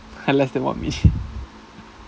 like less than one minute